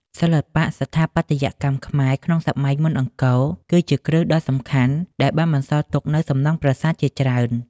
សិល្បៈស្ថាបត្យកម្មខ្មែរក្នុងសម័យមុនអង្គរ គឺជាគ្រឹះដ៏សំខាន់ដែលបានបន្សល់ទុកនូវសំណង់ប្រាសាទជាច្រើន។